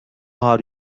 are